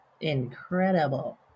incredible